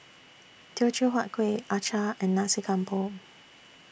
Teochew Huat Kueh Acar and Nasi Campur